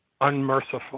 unmerciful